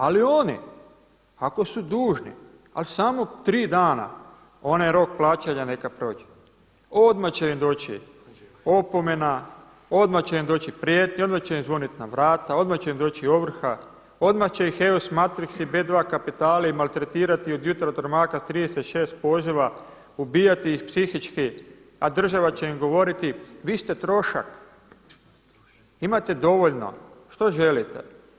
Ali oni ako su dužni ali samo tri dana onaj rok plaćanja neka prođe, odmah će im doći opomena, odmah će im doći prijetnja, odmah će im zvoniti na vrata, odmah će im doći ovrha, odmah će ih … kapitali maltretirati od jutra do mraka s 36 poziva, ubijati ih psihički, a država će im govoriti, vi ste trošak, imate dovoljno, što želite.